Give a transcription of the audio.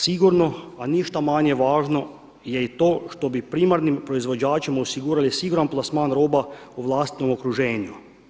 Sigurno, a ništa manje važno je i to što bi primarni proizvođačima osigurali siguran plasman roba u vlastitom okruženju.